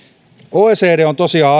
oecd on tosiaan